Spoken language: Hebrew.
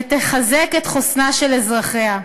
ותחזק את חוסנם של אזרחיה.